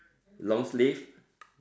long sleeve